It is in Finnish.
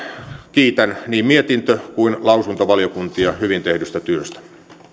kiitän niin mietintö kuin lausuntovaliokuntia hyvin tehdystä työstä